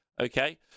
Okay